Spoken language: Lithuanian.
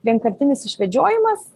vienkartinis išvedžiojimas